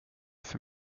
för